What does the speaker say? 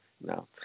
no